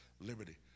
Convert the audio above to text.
liberty